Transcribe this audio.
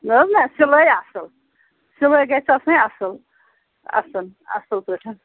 نہٕ حظ نَہ سِلٲے اَصٕل سِلٲے گژھِ آسٕنہِ اَصٕل اَصٕل اَصٕل پٲٹھ